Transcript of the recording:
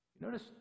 Notice